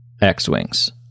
X-Wings